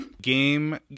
Game